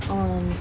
on